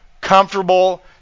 comfortable